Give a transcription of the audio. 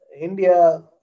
India